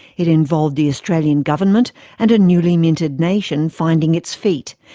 it involved the australian government and a newly minted nation finding its feet,